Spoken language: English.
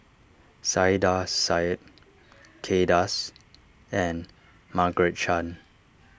Saiedah Said Kay Das and Margaret Chan